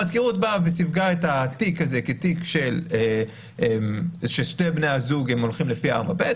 המזכירות סיווגה את התיק הזה כתיק ששני בני הזוג הולכים לפי 4ב,